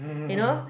you know